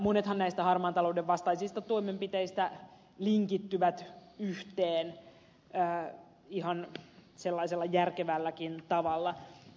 monethan näistä harmaan talouden vastaisista toimenpiteistä linkittyvät yhteen ihan sellaisella järkevälläkin tavalla